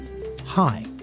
hi